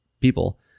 people